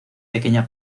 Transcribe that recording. pequeña